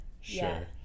Sure